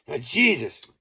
Jesus